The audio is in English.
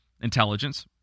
intelligence